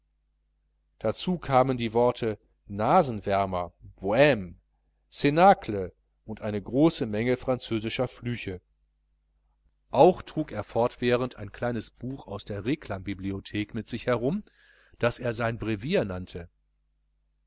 dazu kamen die worte nasenwärmer bohme cnacle und eine große menge französischer flüche auch trug er fortwährend ein kleines buch aus der reclambibliothek mit sich herum das er sein brevier nannte